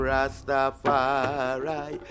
Rastafari